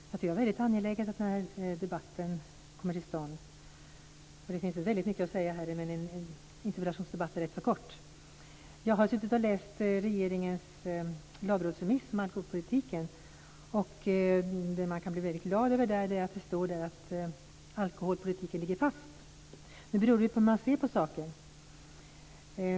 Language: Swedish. Fru talman! Det är väldigt angeläget att den här debatten kommer till stånd och det finns väldigt mycket att säga men tiden för en interpellationsdebatt är rätt kort. Jag har läst regeringens lagrådsremiss om alkoholpolitiken. Vad man där kan bli väldigt glad över är att det står att alkoholpolitiken ligger fast men nu beror det ju på hur man ser på saken.